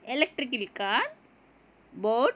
electrical car boat